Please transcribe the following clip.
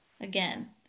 again